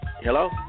Hello